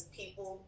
people